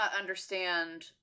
understand